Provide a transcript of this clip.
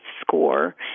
score